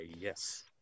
Yes